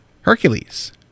Hercules